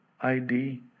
ID